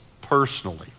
personally